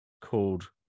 called